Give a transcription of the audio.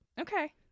Okay